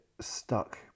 stuck